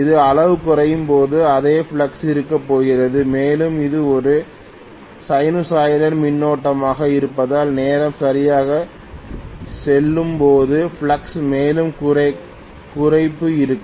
இது அளவு குறையும் போது அதே ஃப்ளக்ஸ் இருக்கப் போகிறது மேலும் இது ஒரு சைனூசாய்டல் மின்னோட்டமாக இருப்பதால் நேரம் சரியாகச் செல்லும்போது ஃப்ளக்ஸில் மேலும் குறைப்பு இருக்கும்